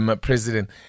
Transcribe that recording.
president